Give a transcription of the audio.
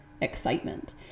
excitement